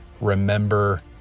remember